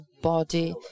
body